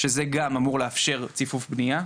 שזה גם אמור לאפשר ציפוף בניה.